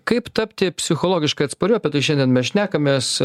kaip tapti psichologiškai atspariu apie tai šiandien mes šnekamės